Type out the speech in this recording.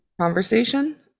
conversation